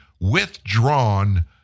withdrawn